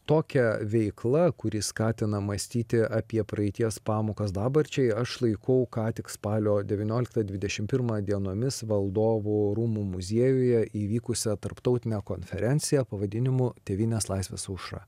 tokia veikla kuri skatina mąstyti apie praeities pamokas dabarčiai aš laikau ką tik spalio devynioliktą dvidešimt pirmą dienomis valdovų rūmų muziejuje įvykusią tarptautinę konferenciją pavadinimu tėvynės laisvės aušra